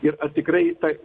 ir ar tikrai